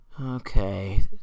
Okay